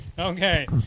Okay